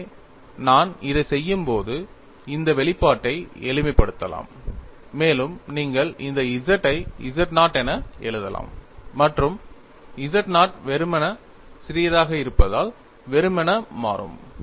எனவே நான் இதைச் செய்யும்போது இந்த வெளிப்பாட்டை எளிமைப்படுத்தலாம் மேலும் நீங்கள் இந்த Z ஐ z0 என எழுதலாம் மற்றும் z0 வெறுமனே சிறியதாக இருப்பதால் வெறுமனே மாறும்